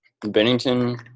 Bennington